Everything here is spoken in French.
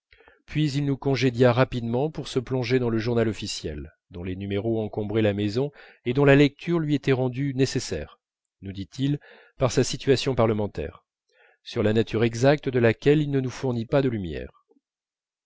puis il nous congédia rapidement pour se plonger dans le journal officiel dont les numéros encombraient la maison et dont la lecture lui était rendue nécessaire nous dit-il par sa situation parlementaire sur la nature exacte de laquelle il ne nous fournit pas de lumières